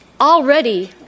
already